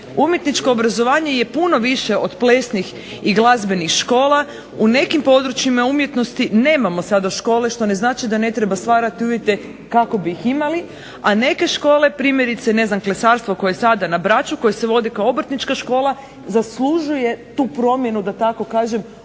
Umjetničko obrazovanje je puno više od plesnih i glazbenih škola, u nekim područjima umjetnosti nemamo sada škole, što ne znači da ne treba stvarati uvjete kako bi ih imali, a neke škole primjerice ne znam klesarstvo koje je sada na Braču, koje se vodi kao obrtnička škola zaslužuje tu promjenu da tako kažem